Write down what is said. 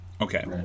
okay